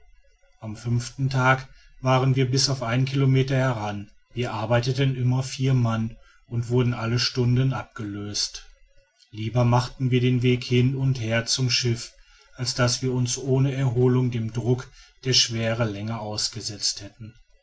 am fünften tag waren wir bis auf einen kilometer heran wir arbeiteten immer vier mann und wurden alle stunden abgelöst lieber machten wir den weg hin und her zum schiff als daß wir uns ohne erholung dem druck der schwere länger ausgesetzt hätten